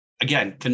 again